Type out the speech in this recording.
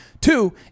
Two